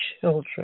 children